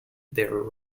their